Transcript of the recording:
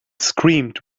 screamed